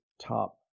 top